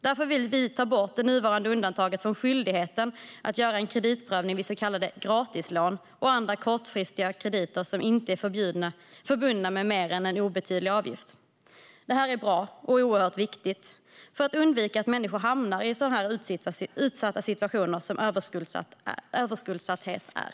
Därför vill vi ta bort det nuvarande undantaget från skyldigheten att göra en kreditprövning vid så kallade gratislån och andra kortfristiga krediter som inte är förbundna med mer än en obetydlig avgift. Räntetak och andra åtgärder på mark-naden för snabblån och andra högkost-nadskrediter Detta är bra och oerhört viktigt för att undvika att människor hamnar i sådana utsatta situationer som överskuldsättning är.